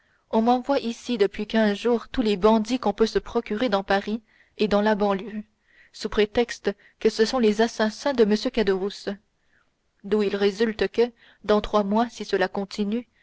on m'envoie ici depuis quinze jours tous les bandits qu'on peut se procurer dans paris et dans la banlieue sous prétexte que ce sont les assassins de m caderousse d'où il résulte que dans trois mois si cela continue